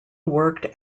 worked